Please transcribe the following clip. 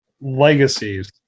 legacies